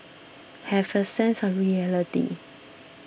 have a sense of reality